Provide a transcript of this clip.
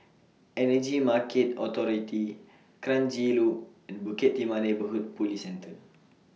Energy Market Authority Kranji Loop and Bukit Timah Neighbourhood Police Centre